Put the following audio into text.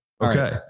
Okay